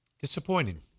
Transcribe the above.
Disappointing